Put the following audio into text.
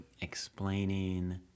explaining